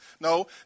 No